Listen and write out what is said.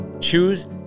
Choose